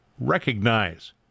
recognize